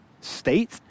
state